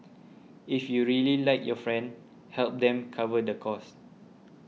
if you really like your friend help them cover the cost